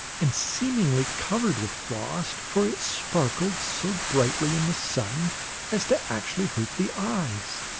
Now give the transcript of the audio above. and seemingly covered with frost, for it sparkled so brightly in the sun as to actually hurt the eyes.